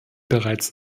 bereits